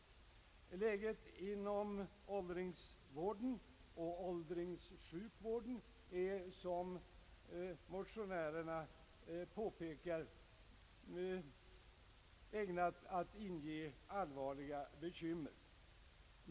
Läget inom åldringsvården och åldringssjukvården är nämligen, såsom motionärerna påpekar, ägnat att inge allvarliga bekymmer.